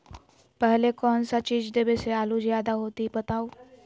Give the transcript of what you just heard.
पहले कौन सा चीज देबे से आलू ज्यादा होती बताऊं?